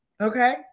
Okay